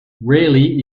rarely